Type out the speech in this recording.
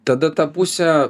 tada tą pusę